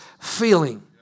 feeling